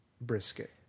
brisket